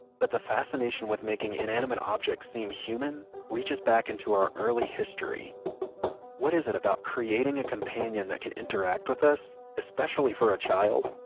but the fascination with making inanimate objects seem human reaches back into our early history what is it about creating a companion that can interact with us, especially for a child,